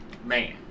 man